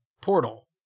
portal